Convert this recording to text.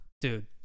Dude